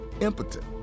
impotent